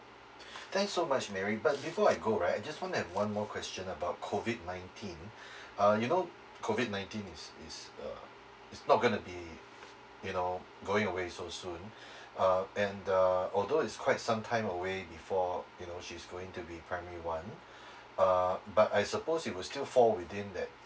thanks so much marry but before I go right I just want to have one more question about COVID nineteen uh you know COVID nineteen is is uh it's not going to be you know going away so soon uh and uh although it's quite some time away before you know she is going to be primary one uh but I suppose it will still fall within that